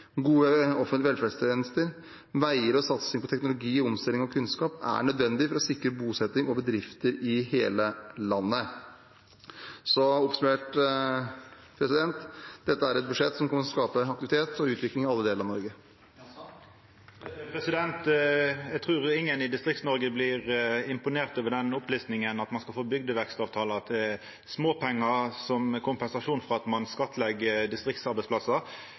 gode offentlige velferdstjenester, veier og satsing på teknologi, omstilling og kunnskap er nødvendig for å sikre bosetting og bedrifter i hele landet. Oppsummert: Dette er et budsjett som kommer til å skape aktivitet og utvikling i alle deler av Norge. Eg trur ikkje nokon i Distrikts-Noreg blir imponert over den opplistinga, at ein skal få bygdevekstavtalar til småpengar som kompensasjon for at